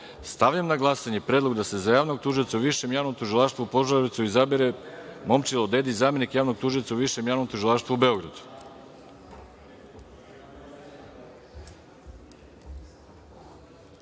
na glasanje predlog da se za javnog tužioca u Višem javnom tužilaštvu u Požarevcu izabere Momčilo Dedić, zamenik javnog tužioca u Višem javnom tužilaštvu u